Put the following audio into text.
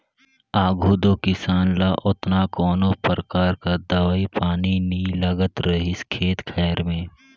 आघु दो किसान ल ओतना कोनो परकार कर दवई पानी नी लागत रहिस खेत खाएर में